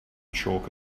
chalk